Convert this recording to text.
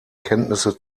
kenntnisse